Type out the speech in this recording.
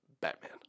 Batman